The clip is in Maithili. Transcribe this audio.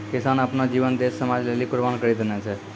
किसान आपनो जीवन देस समाज लेलि कुर्बान करि देने छै